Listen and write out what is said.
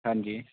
ਹਾਂਜੀ